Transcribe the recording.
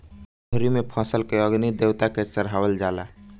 लोहड़ी में फसल के अग्नि देवता के चढ़ावल जाला